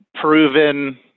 proven